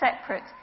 separate